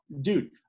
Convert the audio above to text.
dude